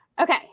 Okay